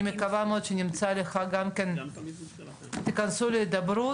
אני מקווה מאוד שתיכנסו להידברות,